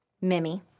Mimi